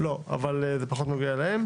לא, זה פחות נוגע להם